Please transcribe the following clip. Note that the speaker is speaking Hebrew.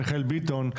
מיכאל ביטון,